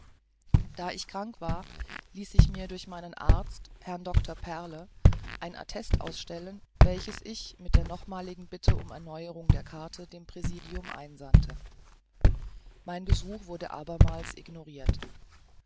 da ich krank war ließ ich mir durch meinen arzt herrn dr perle ein attest ausstellen welches ich mit der nochmaligen bitte um erneuerung der karte dem präsidium einsandte mein gesuch wurde abermals ignorirt